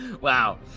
Wow